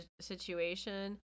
situation